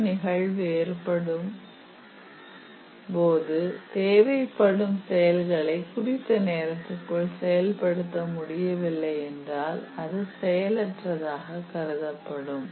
ஒரு நிகழ்வு ஏற்படும்போது தேவைப்படும் செயல்களை குறித்த நேரத்திற்குள் செயல்படுத்த முடியவில்லை என்றால் அது செயலற்றதாக கருதப்படும்